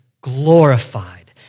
glorified